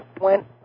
went